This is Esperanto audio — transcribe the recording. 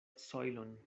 sojlon